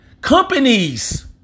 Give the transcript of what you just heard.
Companies